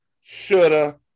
Shoulda